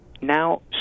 now